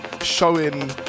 showing